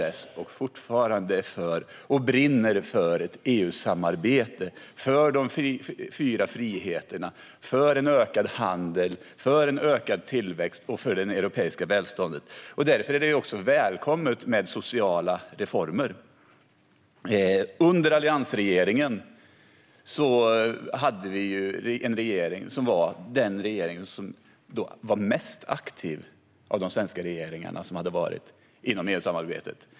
Man är fortfarande för, och brinner för, ett EU-samarbete, de fyra friheterna, en ökad handel, en ökad tillväxt och det europeiska välståndet. Därför är det också välkommet med sociala reformer. Alliansregeringen var den regering som var mest aktiv av de svenska regeringar som funnits inom EU-samarbetet.